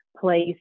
place